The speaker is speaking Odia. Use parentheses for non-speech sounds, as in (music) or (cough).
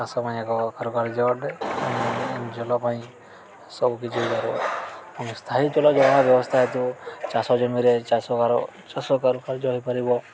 ଚାଷ ପାଇଁ ଏକ କାରୁକାର୍ଯ୍ୟ ଅଟେ ଜଳ ପାଇଁ ସବୁକିଛି ହେଇପାରିବ ସ୍ଥାୟୀ ତଳ ଜଳ ବ୍ୟବସ୍ଥା ହେତୁ ଚାଷ ଜମିରେ ଚାଷ (unintelligible) ଚାଷ କାରୁକାର୍ଯ୍ୟ ହେଇପାରିବ